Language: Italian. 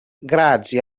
grazie